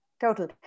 total